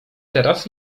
teraz